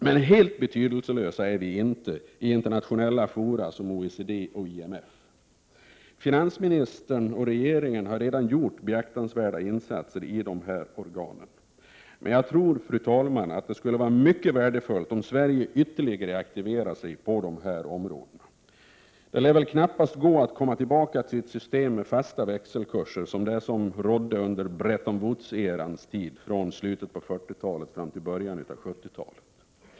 Men helt betydelselösa är vi inte i internationella fora som OECD och IMF. Finansministern och regeringen har redan gjort beaktansvärda insatser i dessa organ. Men jag tror, fru talman, att det skulle vara mycket värdefullt om Sverige ytterligare aktiverade sig på dessa områden. Det lär väl knappast gå att komma tillbaka till ett system med fasta växelkurser, som det som rådde under Bretton Woods-erans tid från slutet av 40-talet till början av 70-talet.